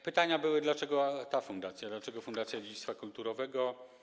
Były pytania, dlaczego ta fundacja, dlaczego Fundacja Dziedzictwa Kulturowego.